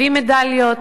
הביא מדליות,